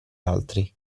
altri